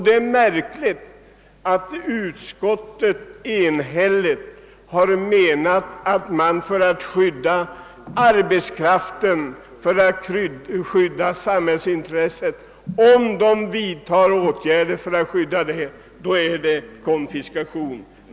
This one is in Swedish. Det är märkligt att utskottet enhälligt ansett att åtgärder för att skydda arbetskraften och tillvarata samhällsintressena innebär konfiskation.